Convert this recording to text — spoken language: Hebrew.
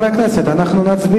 חברי חברי הכנסת, אנחנו נצביע.